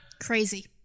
Crazy